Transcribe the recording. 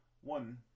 one